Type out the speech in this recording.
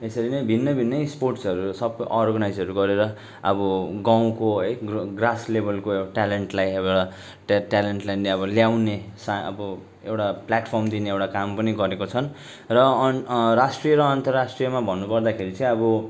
यसरी नै भिन्नै भिन्नै स्पोर्ट्सहरू सब अर्गानाइजहरू गरेर अब गाउँको है ग्र ग्रास लेभलको एउ ट्यालेन्टलाई एउटा ट्या ट्यालेन्टलाई अब ल्याउने सा अब एउटा प्लाटफर्म दिने एउटा काम पनि गरेका छन् र अन राष्ट्रिय र अन्ताराष्ट्रियमा भन्नु पर्दाखेरि चाहिँ अब